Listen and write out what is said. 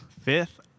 Fifth